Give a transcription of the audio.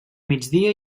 migdia